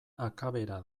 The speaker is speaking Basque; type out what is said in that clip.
akabera